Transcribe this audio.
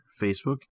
Facebook